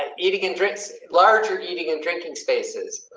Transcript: and eating and drinks larger eating and drinking spaces. ah.